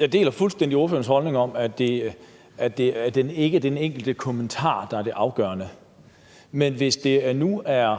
Jeg deler fuldstændig ordførerens holdning om, at det ikke er den enkelte kommentar, der er det afgørende, men hvis nu det er